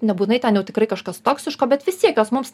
nebūtinai ten jau tikrai kažkas toksiško bet vis tiek jos mums